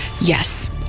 Yes